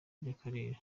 by’akarere